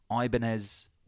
Ibanez